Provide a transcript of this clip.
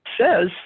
says